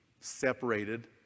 separated